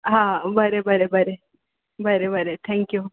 हां बरें बरें बरें बरें बरें थँक्यू